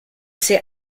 s’est